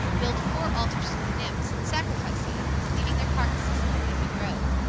build four altars to the nymphs, and sacrifice the animals, leaving their carcasses in the leafy grove.